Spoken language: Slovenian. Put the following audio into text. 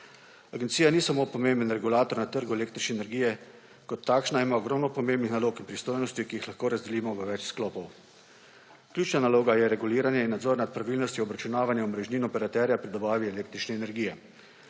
Agencija ni samo pomemben regulator na trgu električne energije. Kot takšna ima ogromno pomembnih nalog in pristojnosti, ki jih lahko razdelimo v več sklopov. Ključna naloga je reguliranje in nadzor nad pravilnostjo obračunavanja omrežnin operaterja pri dobavi električne energije.